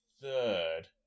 third